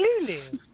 Lulu